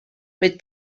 with